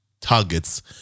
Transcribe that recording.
targets